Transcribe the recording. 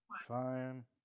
Fine